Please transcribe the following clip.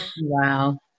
Wow